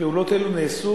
פעולות אלה נעשו,